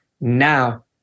now